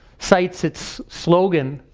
sites its slogan,